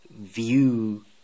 view